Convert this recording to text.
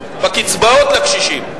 בקצבאות לקשישים.